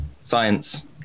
science